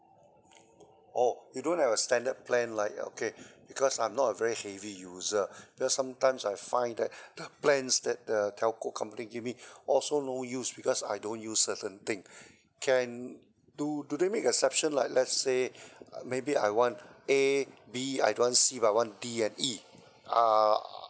orh you don't have a standard plan like a okay because I'm not a very heavy user because sometimes I find that the plans that the telco company give me also no use because I don't use certain thing can do do they make exception like let's say maybe I want A B I don't want C but I want D and E are